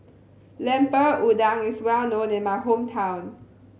Lemper Udang is well known in my hometown